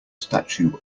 statue